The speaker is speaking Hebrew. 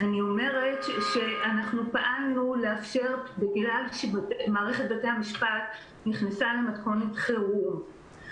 אני אומרת שבגלל שמערכת בתי המשפט נכנסה למתכונת חירום,